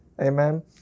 Amen